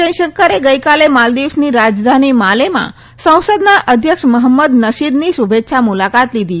જયશંકરે ગઈકાલે માલ્દીવ્સની રાજધાની માલેમાં સંસદના અધ્યક્ષ મહંમદ નશીદની શુભેચ્છા મુલાકાત લીધી